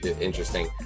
interesting